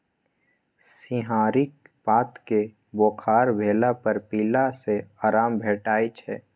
सिंहारिक पात केँ बोखार भेला पर पीला सँ आराम भेटै छै